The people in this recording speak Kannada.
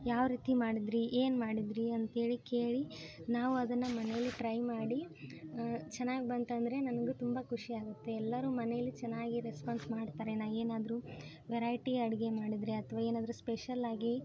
ಯಾವ ರೀತಿ ಮಾಡಿದಿರಿ ಏನು ಮಾಡಿದಿರಿ ಅಂತೇಳಿ ಕೇಳಿ ನಾವು ಅದನ್ನು ಮನೆಯಲ್ಲಿ ಟ್ರೈ ಮಾಡಿ ಚೆನ್ನಾಗಿ ಬಂತಂದರೆ ನನಗೂ ತುಂಬ ಖುಷಿ ಆಗುತ್ತೆ ಎಲ್ಲರೂ ಮನೇಲಿ ಚೆನ್ನಾಗಿ ರೆಸ್ಪಾನ್ಸ್ ಮಾಡ್ತಾರೆ ನಾ ಏನಾದರೂ ವೆರೈಟಿ ಅಡುಗೆ ಮಾಡಿದರೆ ಅಥ್ವಾ ಏನಾದರೂ ಸ್ಪೆಷಲ್ಲಾಗಿ